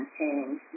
change